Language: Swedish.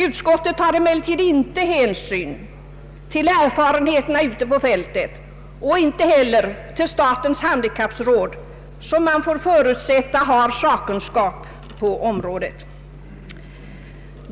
Utskottet tar emellertid inte hänsyn till erfarenheterna ute på fältet och inte heller till statens handikappråd som man får förutsätta har sakkunskap på området.